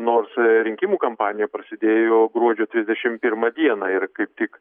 nors rinkimų kampanija prasidėjo gruodžio trisdešim pirmą dieną ir kaip tik